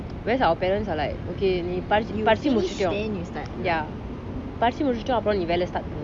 whereas our parents are like okay நீ படிச்சி முடிச்சிட்டு:nee padichi mudichitu ya படிச்சி முடிச்சிட்டு நீ வெல்ல:padichi mudichitu nee vella start பண்ணு:pannu